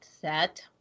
set